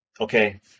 okay